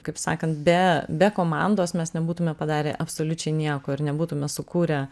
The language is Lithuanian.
kaip sakant be be komandos mes nebūtume padarę absoliučiai nieko ir nebūtume sukūrę